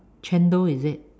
chendol is it